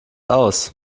aus